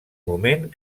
moment